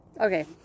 Okay